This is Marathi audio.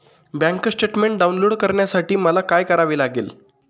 बँक स्टेटमेन्ट डाउनलोड करण्यासाठी मला काय करावे लागेल?